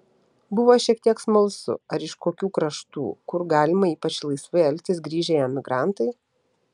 buvo šiek tiek smalsu ar iš kokių kraštų kur galima ypač laisvai elgtis grįžę emigrantai